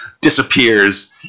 disappears